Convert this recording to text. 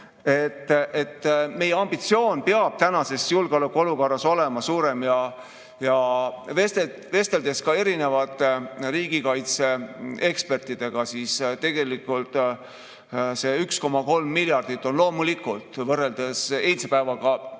Meie ambitsioon peab tänases julgeolekuolukorras olema suurem. Vesteldes ka riigikaitseekspertidega, [on selgunud, et] see 1,3 miljardit on loomulikult võrreldes eilse päevaga